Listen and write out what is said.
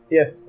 Yes